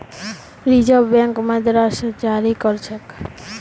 reserve bank मुद्राक जारी कर छेक